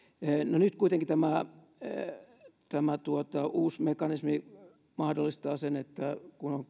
no nyt kuitenkin tämä uusi mekanismi mahdollistaa sen että kun on